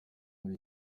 muri